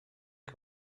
que